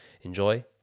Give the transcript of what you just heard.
enjoy